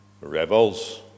rebels